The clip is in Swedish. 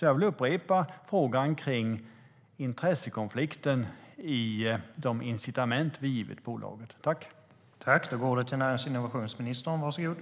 Jag vill upprepa frågan om intressekonflikten i de incitament vi har givit bolaget.